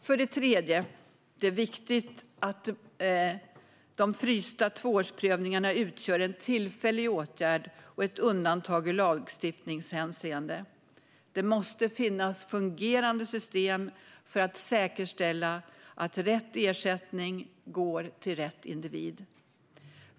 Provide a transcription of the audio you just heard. För det tredje: Det är viktigt att de frysta tvåårsomprövningarna utgör en tillfällig åtgärd och ett undantag i lagstiftningshänseende. Det måste finnas fungerande system för att säkerställa att rätt ersättning går till rätt individ.